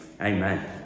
Amen